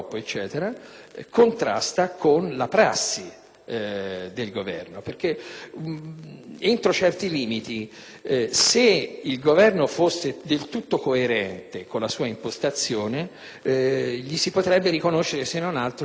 del Governo. Entro certi limiti, se il Governo fosse del tutto coerente con la sua impostazione gli si potrebbe riconoscere se non altro la virtù della fermezza. Invece, in realtà,